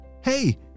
Hey